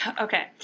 okay